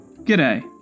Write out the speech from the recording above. G'day